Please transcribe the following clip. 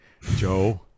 Joe